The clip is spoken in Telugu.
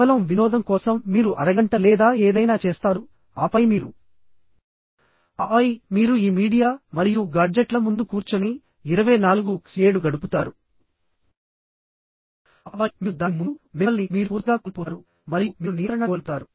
కేవలం వినోదం కోసం మీరు అరగంట లేదా ఏదైనా చేస్తారు ఆపై మీరు ఆపై మీరు ఈ మీడియా మరియు గాడ్జెట్ల ముందు కూర్చొని 24 X 7 గడుపుతారు ఆపై మీరు దాని ముందు మిమ్మల్ని మీరు పూర్తిగా కోల్పోతారు మరియు మీరు నియంత్రణ కోల్పోతారు